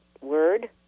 word